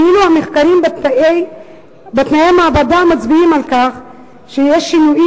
ואילו המחקרים בתנאי המעבדה מצביעים על כך שיש שינויים